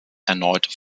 erneut